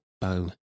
bow